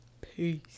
Peace